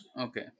Okay